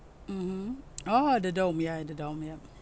mmhmm oh the dome ya the dome ya